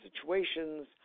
situations